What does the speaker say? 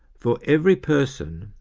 for every person,